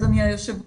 אדוני היושב ראש,